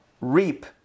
reap